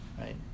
right